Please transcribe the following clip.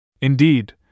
Indeed